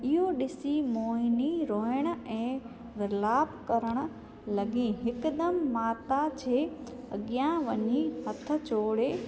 इयो ॾिसी मोहिनी रोएण ऐं विलाप करण लॻी हिकदमि माता जे अॻियां वञी हथु जोड़े